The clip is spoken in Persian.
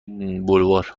بلوار